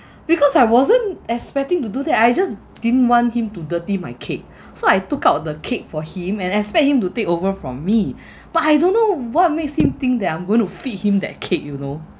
because I wasn't expecting to do that I just didn't want him to dirty my cake so I took out the cake for him and expect him to take over from me but I don't know what makes him think that I'm going to feed him that cake you know